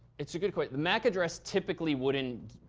it's a good q the mac address typically wouldn't